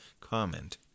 comment